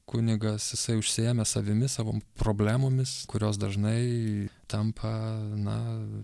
kunigas jisai užsiėmęs savimi savo problemomis kurios dažnai tampa na